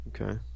Okay